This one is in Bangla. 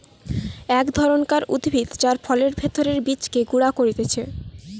এক ধরণকার উদ্ভিদ যার ফলের ভেতরের বীজকে গুঁড়া করতিছে